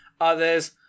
others